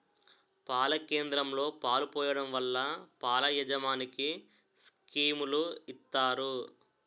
పాల కేంద్రంలో పాలు పోయడం వల్ల పాల యాజమనికి స్కీములు ఇత్తారు